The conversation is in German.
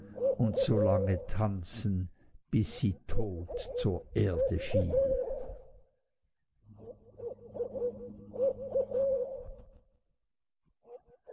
und so lange tanzen bis sie tot zur erde fiel